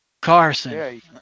Carson